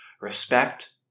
Respect